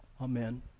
Amen